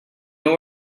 know